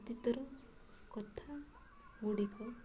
ଅତୀତର କଥା ଗୁଡ଼ିକ